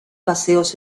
paseos